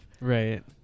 Right